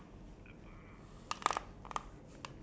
ya free genre